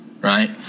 right